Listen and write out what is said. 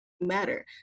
matter